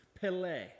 pele